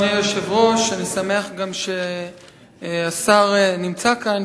אני שמח גם שהשר נמצא כאן,